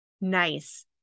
Nice